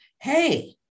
hey